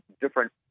different